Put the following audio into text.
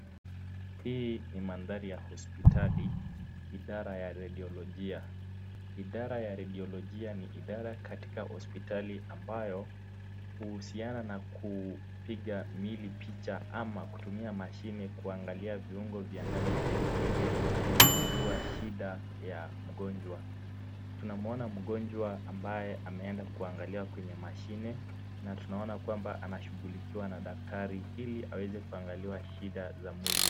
Hii ni mandhari ya hospitali idara ya rediolojia ,idara ya rediolojia ni idara katika hospitali ambayo huhusiana na kupiga miili picha ama kutumia mashini kuangalia viungo vya ndani vya mwili ili kujua shida ya mgonjwa, tunamuona mgonjwa ambaye ameenda kuangaliwa kwenye mashini na tunaona kwamba anashughulikiwa na daktari ili aweze kuangaliwa shida za mwili.